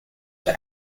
for